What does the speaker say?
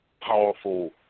powerful